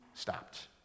stopped